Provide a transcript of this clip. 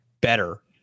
better